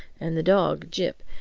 and the dog, jip,